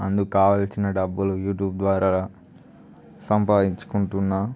అందుకు కావాల్సిన డబ్బులు యూట్యుబ్ ద్వారా సంపాదించుకుంటున్నా